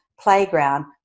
playground